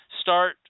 start